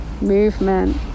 movement